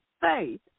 faith